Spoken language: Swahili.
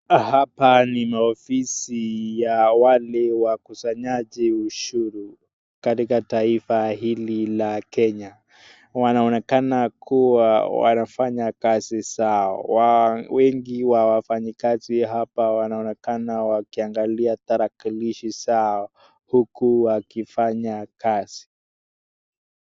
Hapa ni maofisi ya wale wa wakusanyaji wa ushuru katika taifa hili la kenya wanaonekana kuwa wanafanya kazi zao wengi wa wafanyakazi hapa wanaonekana wakiangalia tarakilishi zao huku wakifanya kazi.